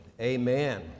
amen